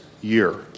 year